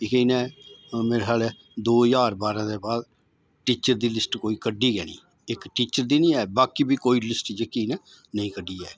तकीन ऐ मेरा ख्याल ऐ दो हजार बारां दे बाद टीचर दी लिस्ट कोई कड्ढी गै निं इक टीचर दी निं ऐ बाकी बी कोई लिस्ट जेह्की इनें नेईं कड्ढी ऐ